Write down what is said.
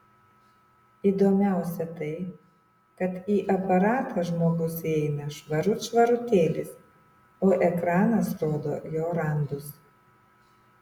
įdomiausia tai kad į aparatą žmogus įeina švarut švarutėlis o ekranas rodo jo randus